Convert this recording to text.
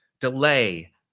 delay